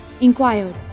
inquired